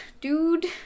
dude